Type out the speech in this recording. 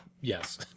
Yes